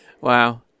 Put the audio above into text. Wow